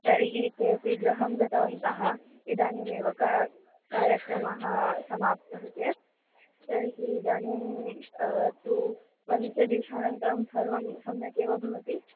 तर्हि ते अपि गृहं गतवन्तः इदानीमेव क कार्यक्रमः समाप्तः चेत् तर्हि इदानीं तु पञ्चदिनानन्तरं सर्वं सम्यगेव भवति